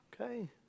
Okay